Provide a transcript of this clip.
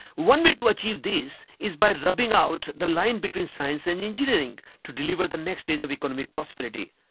one way to achieve this is by rubbing out the line between science and engineering to deliver the next age of economic prosperity.